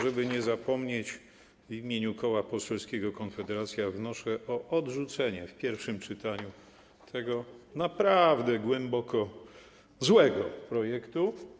Żeby nie zapomnieć, w imieniu Koła Poselskiego Konfederacja wnoszę o odrzucenie w pierwszym czytaniu tego naprawdę głęboko złego projektu.